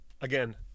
again